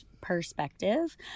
perspective